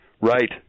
Right